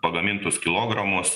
pagamintus kilogramus